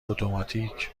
اتوماتیک